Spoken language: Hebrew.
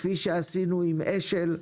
כפי שעשינו עם אשל,